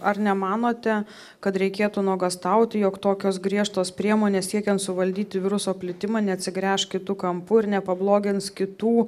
ar nemanote kad reikėtų nuogąstauti jog tokios griežtos priemonės siekiant suvaldyti viruso plitimą neatsigręš kitu kampu ir nepablogins kitų